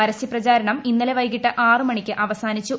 പരസ്യപ്രചാരണം ഇന്നലെ വൈകിട്ട് ആറ് മണിക്ക് അവസാനിച്ചു